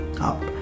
up